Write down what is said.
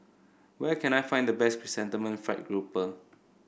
where can I find the best Chrysanthemum Fried Grouper